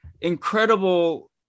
incredible